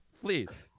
Please